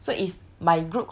the group also got other people